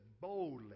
boldly